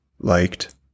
liked